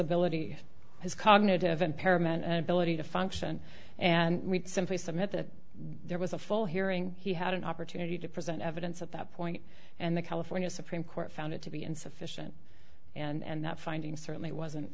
ability his cognitive impairment and ability to function and simply submit that there was a full hearing he had an opportunity to present evidence at that point and the california supreme court found it to be insufficient and that finding certainly wasn't